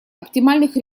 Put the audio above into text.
оптимальных